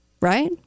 right